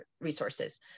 resources